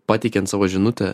pateikiant savo žinutę